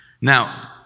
Now